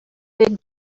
big